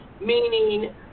meaning